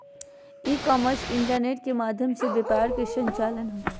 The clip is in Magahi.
ई कॉमर्स इंटरनेट के माध्यम से व्यापार के संचालन होबा हइ